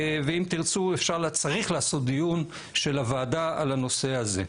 ואם תירצו צריך לעשות דיון של הוועדה על הנושא הזה.